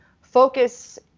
focus